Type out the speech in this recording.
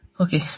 Okay